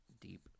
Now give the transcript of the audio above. deep